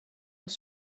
was